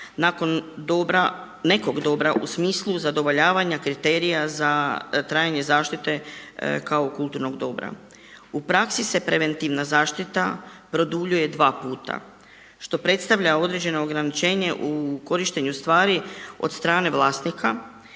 dobra, nekog dobra u smislu zadovoljavanja kriterija za trajanje zaštite kao kulturnog dobra. U praksi se preventivna zaštita produljuje 2 puta što predstavlja određeno ograničenje u korištenju stvari od strane vlasnika